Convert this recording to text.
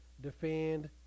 defend